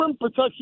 protection